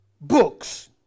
books